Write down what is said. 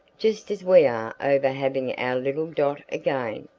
just as we are over having our little dot again.